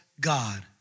God